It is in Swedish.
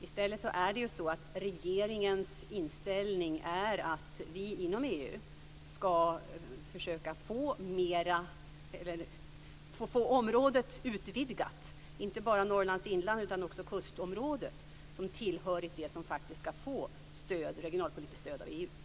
I stället är ju regeringens inställning att vi inom EU skall försöka få området utvidgat så att inte bara Norrlands inland utan också kustområdet skall tillhöra det område som faktiskt skall få regionalpolitiskt stöd av EU.